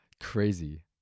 Crazy